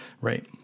right